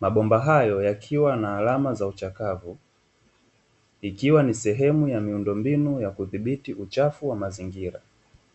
Mabomba hayo yakiwa na alama za uchakavu ikiwa ni sehemu ya miundombinu ya kudhibiti uchafu wa mazingira.